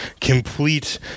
complete